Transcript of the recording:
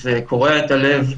זה קורע את הלב,